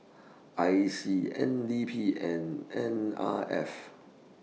I C N D P and N R F